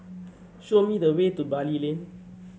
show me the way to Bali Lane